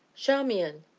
charmian!